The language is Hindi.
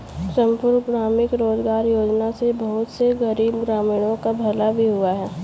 संपूर्ण ग्रामीण रोजगार योजना से बहुत से गरीब ग्रामीणों का भला भी हुआ है